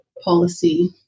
policy